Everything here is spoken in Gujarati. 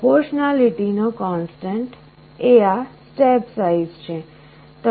પ્રપોર્શનાલીટી નો કૉન્સ્ટન્ટ એ આ સ્ટેપ સાઈઝ છે